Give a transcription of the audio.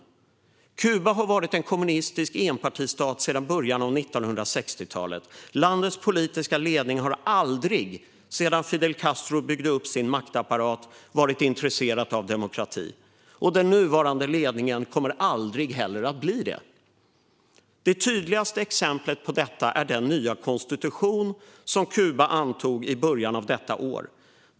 Kuba har varit en kommunistisk enpartistat sedan början av 1960-talet. Landets politiska ledning har aldrig sedan Fidel Castro byggde upp sin maktapparat varit intresserad av demokrati, och den nuvarande ledningen kommer aldrig heller att bli det. Det tydligaste exemplet på detta är den nya konstitution som Kuba antog i början av detta år.